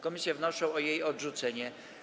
Komisje wnoszą o jej odrzucenie.